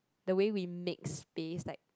the way we make space like